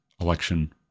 election